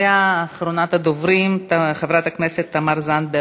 אחריה, אחרונת הדוברים, חברת הכנסת תמר זנדברג.